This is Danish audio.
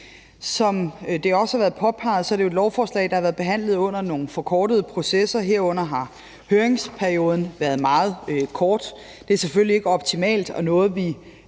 Som det også har været påpeget, er det jo et lovforslag, der har været behandlet under nogle forkortede processer. Herunder har høringsperioden været meget kort. Det er selvfølgelig ikke optimalt, og det er